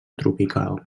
tropical